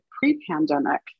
pre-pandemic